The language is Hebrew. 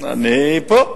אני פה.